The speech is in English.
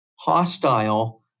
hostile